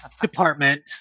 department